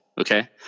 Okay